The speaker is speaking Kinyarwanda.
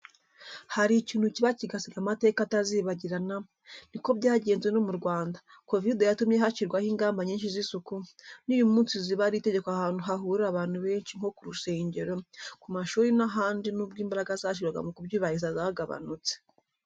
Hari ikintu kiba kigasiga amateka atazibagirana, niko byagenze no mu Rwanda, kovide yatumye hashyirwaho ingamba nyinshi z'isuku, n'uyu munsi ziba ari itegeko ahantu hahurira abantu benshi nko ku rusengero, ku mashuri n'ahandi n'ubwo imbaraga zashyirwaga mu kubyubahiriza zagabanutse.